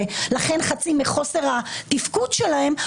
ולכן חצי מחוסר התפקוד שלהם,